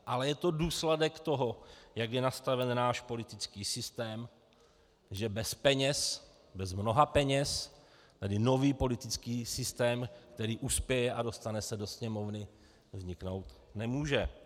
Ale je to důsledek toho, jak je nastaven náš politický systém, že bez mnoha peněz nový politický systém, který uspěje a dostane se do Sněmovny, vzniknout nemůže.